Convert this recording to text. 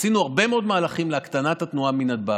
עשינו הרבה מאוד מהלכים להקטנת התנועה מנתב"ג.